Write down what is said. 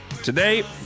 Today